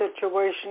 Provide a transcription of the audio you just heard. situation